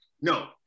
No